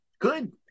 good